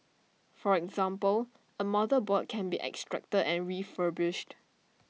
for example A motherboard can be extracted and refurbished